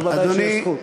אז ודאי שיש זכות.